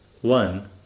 One